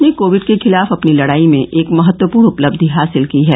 देश ने कोविड के खिलाफ अपनी लड़ाई में एक महत्वपूर्ण उपलब्धि हासिल की है